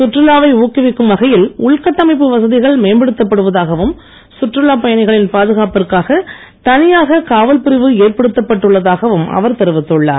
சுற்றுலாவை ஊக்குவிக்கும் வகையில் உள்கட்டமைப்பு வசதிகள் மேம்படுத்தப் படுவதாகவும் சுற்றுலா பயணிகளின் பாதுகாப்பிற்காக தனியாக காவல் பிரிவு ஏற்படுத்தப்பட்டு உள்ளதாகவும் அவர் தெரிவித்துள்ளார்